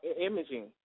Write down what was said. Imaging